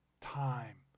time